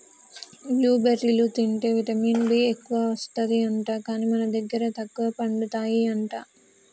blue బెర్రీలు తింటే vitamin B ఎక్కువస్తది అంట, కానీ మన దగ్గర తక్కువ పండుతాయి అంట